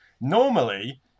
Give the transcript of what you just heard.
Normally